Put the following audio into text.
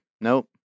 Nope